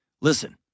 Listen